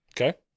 Okay